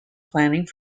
planning